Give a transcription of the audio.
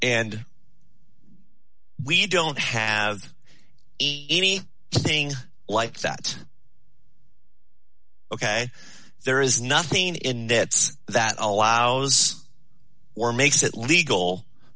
and we don't have any thing like that ok there is nothing in that that allows or makes it legal